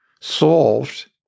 solved